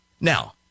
Now